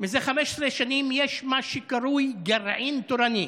מזה 15 שנים יש מה שקרוי גרעין תורני.